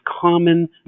common